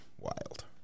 wild